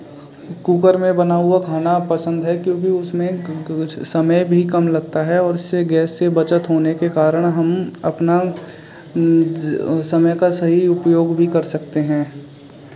cooker में बना हुआ खाना पसंद है क्योंकि उसमें क क कुछ समय भी कम लगता है और इससे गैस से बचत होने के कारण हम अपना समय का सही उपयोग भी कर सकते हैं